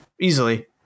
Easily